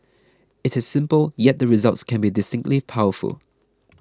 it is simple yet the results can be distinctly powerful